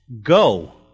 Go